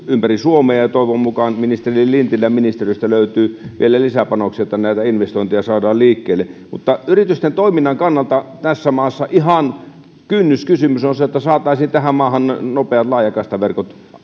ympäri suomea toivon mukaan ministeri lintilän ministeriöstä löytyy vielä lisäpanoksia että näitä investointeja saadaan liikkeelle mutta yritysten toiminnan kannalta tässä maassa ihan kynnyskysymys on se että saataisiin tähän maahan nopeat laajakaistaverkot